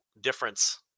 difference